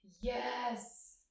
Yes